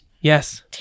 Yes